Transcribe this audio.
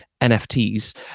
NFTs